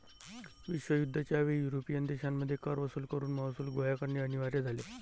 विश्वयुद्ध च्या वेळी युरोपियन देशांमध्ये कर वसूल करून महसूल गोळा करणे अनिवार्य झाले